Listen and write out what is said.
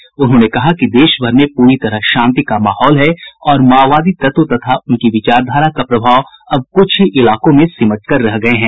श्री रिजिजू ने कहा कि देशभर में पूरी तरह शांति का माहौल है और माओवादी तत्व तथा उनकी विचारधारा का प्रभाव अब कुछ ही इलाकों में सिमट कर रह गए हैं